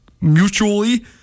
mutually